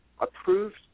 approved